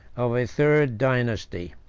of a third dynasty.